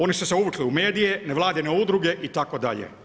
Oni su se uvukli u medije, nevladine udruge itd.